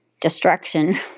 destruction